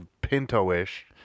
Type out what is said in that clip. pinto-ish